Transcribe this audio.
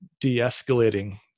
de-escalating